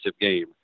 game